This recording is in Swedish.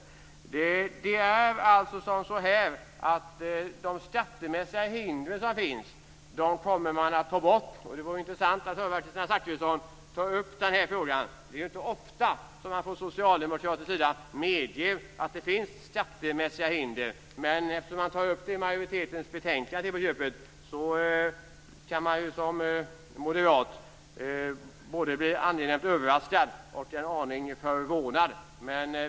De skattemässiga hinder som finns kommer man att ta bort. Det vore intressant att höra Kristina Zakrisson ta upp den frågan. Det är inte ofta som man från socialdemokratisk sida medger att det finns skattemässiga hinder. Men eftersom det till på köpet tas upp i majoritetstexten i betänkandet kan man som moderat både bli angenämt överraskad och en aning förvånad.